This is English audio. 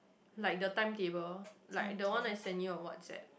like the timetable like the one I send you on WhatsApp